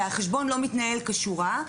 והחשבון לא מתנהל כשורה,